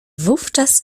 wówczas